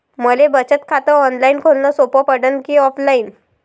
मले बचत खात ऑनलाईन खोलन सोपं पडन की ऑफलाईन?